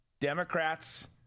Democrats